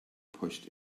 pushed